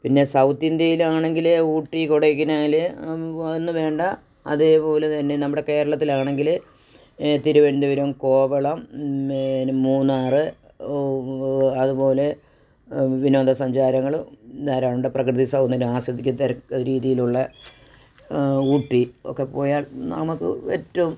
പിന്നെ സൗത്ത് ഇന്ത്യേലാണെങ്കിൽ ഊട്ടി കൊടൈക്കനാൽ എന്ന് വേണ്ട അതുപോലെ തന്നെ നമ്മുടെ കേരളത്തിലാണെങ്കിൽ തിരുവനന്തപുരം കോവളം പിന്നെ മൂന്നാർ അതുപോലെ വിനോദസഞ്ചാരങ്ങൾ ധാരാളം ഉണ്ട് പ്രകൃതി സൗന്ദര്യം ആസ്വദിക്കത്തക്ക രീതിയിലുള്ള ഊട്ടി ഒക്കെ പോയാൽ നമുക്ക് ഏറ്റോം